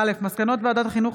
מסקנות ועדת החינוך,